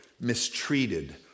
mistreated